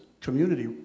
community